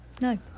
No